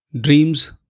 dreams